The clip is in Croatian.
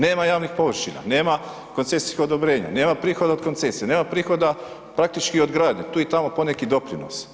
Nema javnih površina, nema koncesijskih odobrenja, nema prihoda od koncesija, nema prihoda praktički od gradnje, tu i tamo poneki doprinos.